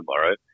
tomorrow